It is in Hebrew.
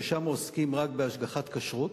ששם עוסקים רק בהשגחת כשרות,